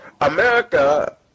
America